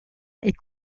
est